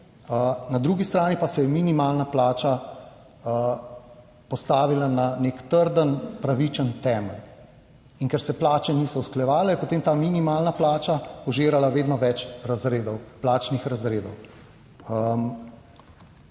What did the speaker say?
na drugi strani pa se je minimalna plača postavila na nek trden, pravičen temelj in ker se plače niso usklajevale, je potem ta minimalna plača požirala vedno več razredov, plačnih razredov.